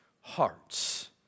hearts